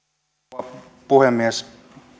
rouva puhemies